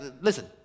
listen